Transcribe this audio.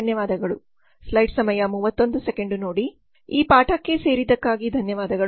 ಈ ಪಾಠಕ್ಕೆ ಸೇರಿದ್ದಕ್ಕಾಗಿ ಧನ್ಯವಾದಗಳು